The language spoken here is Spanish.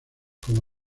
como